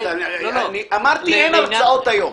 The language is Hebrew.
אמרתי שאין הרצאות היום.